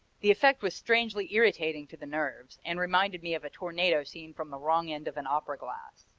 the effect was strangely irritating to the nerves, and reminded me of a tornado seen from the wrong end of an opera glass.